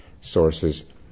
sources